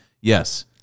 Yes